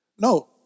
No